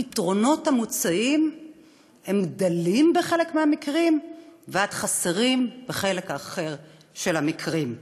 הפתרונות המוצעים הם דלים בחלק מהמקרים ועד חסרים בחלק האחר של המקרים.